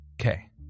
Okay